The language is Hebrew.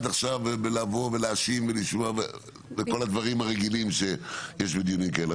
עכשיו בלבוא ולהאשים ולשמוע וכל הדברים הרגילים שיש בדיונים כאלה.